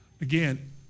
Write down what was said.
Again